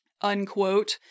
unquote